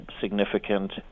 significant